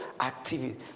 Activity